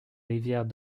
rivières